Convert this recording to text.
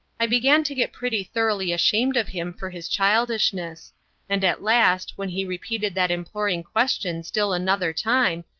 i began to get pretty thoroughly ashamed of him for his childishness and at last, when he repeated that imploring question still another time,